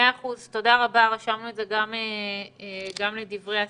מאה אחוז, תודה רבה, רשמנו את זה גם לדברי הסיכום.